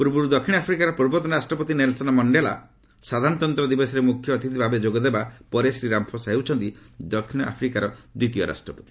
ପୂର୍ବରୁ ଦକ୍ଷିଣ ଆଫ୍ରିକାର ପୂର୍ବତନ ରାଷ୍ଟ୍ରପତି ନେଲସନ୍ ମଣ୍ଡେଲା ସାଧାରଣତନ୍ତ୍ର ଦିବସରେ ମୁଖ୍ୟ ଅତିଥି ଭାବେ ଯୋଗ ଦେବା ପରେ ଶ୍ରୀ ରାମଫୋସା ହେଉଛନ୍ତି ଦକ୍ଷିଣ ଆଫ୍ରିକାର ଦ୍ଧିତୀୟ ରାଷ୍ଟ୍ରପତି